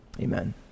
Amen